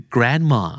Grandma